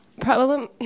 problem